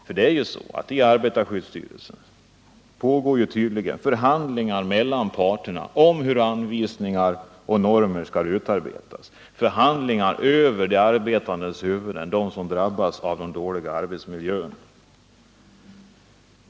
Men det är ju så att i arbetarskyddsstyrelsen pågår förhandlingar mellan parterna om hur anvisningar och normer skall utarbetas. Dessa förhandlingar går över huvudet på de arbetande som drabbas av den dåliga arbetsmiljön.